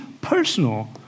personal